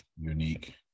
unique